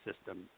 system